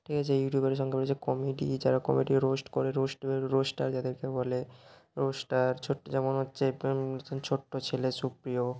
ঠিক আছে ইউটিউবারের সংখ্যা বেড়েছে কমেডি যারা কমেডি রোস্ট করে রোস্টের রোস্টার যাদেরকে বলে রোস্টার ছোট্টো যেমন হচ্ছে ছোট্টো ছেলে সুপ্রিয়